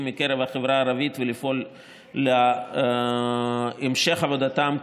מקרב החברה הערבית ולפעול להמשך עבודתם,